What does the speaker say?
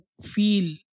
feel